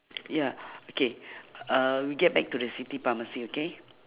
ya okay uh we get back to the city pharmacy okay